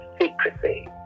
secrecy